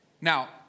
Now